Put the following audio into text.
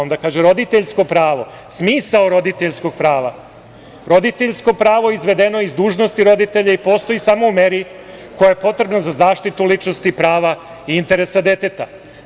Onda kaže – roditeljsko pravo, smisao roditeljskog prava: roditeljsko pravo je izvedeno iz dužnosti roditelja i postoji samo u meri koja je potrebna za zaštitu ličnosti, prava i interesa deteta.